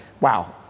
wow